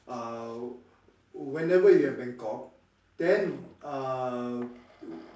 uh whenever we are in Bangkok then uh